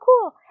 cool